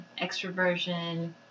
extroversion